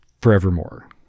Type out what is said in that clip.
forevermore